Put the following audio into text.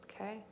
okay